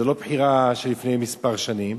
זו לא בחירה לפני כמה שנים,